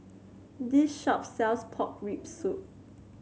this shop sells Pork Rib Soup